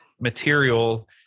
material